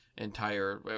entire